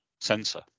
sensor